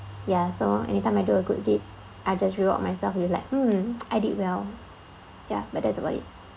ya so anytime I do a good deed I just reward myself with like mm I did well ya but that's about it